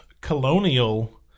colonial